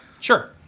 Sure